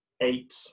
eight